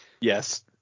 Yes